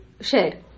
share